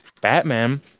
Batman